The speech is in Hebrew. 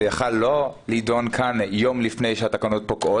יכל לא להידון כאן יום לפני שהתקנות פוקעות.